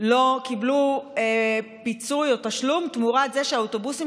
לא קיבלו פיצוי או תשלום תמורת זה שהאוטובוסים